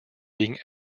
being